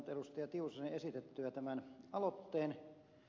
tiusasen esitettyä tämän aloitteen